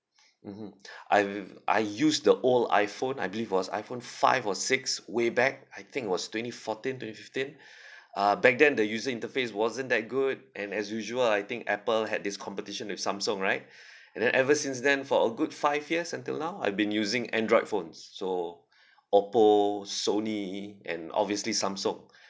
mmhmm I've I used the old iphone I believe was iphone five or six way back I think it was twenty fourteen twenty fifteen uh back then the user interface wasn't that good and as usual I think apple had this competition with samsung right and then ever since then for a good five years until now I've been using android phones so oppo sony and obviously samsung